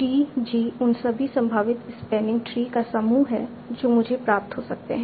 T G उन सभी संभावित स्पैनिंग ट्री का समूह है जो मुझे प्राप्त हो सकते हैं